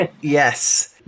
Yes